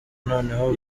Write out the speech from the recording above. noneho